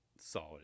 Solid